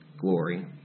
glory